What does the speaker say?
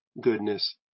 goodness